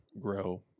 grow